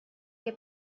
que